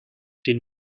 den